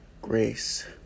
grace